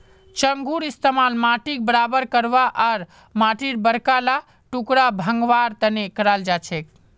चंघूर इस्तमाल माटीक बराबर करवा आर माटीर बड़का ला टुकड़ा भंगवार तने कराल जाछेक